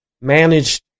managed